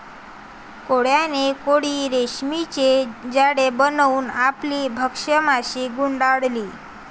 कोळ्याने कोळी रेशीमचे जाळे बनवून आपली भक्ष्य माशी गुंडाळली